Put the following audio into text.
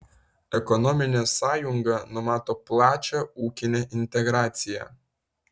ekonominė sąjunga numato plačią ūkinę integraciją